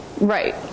Right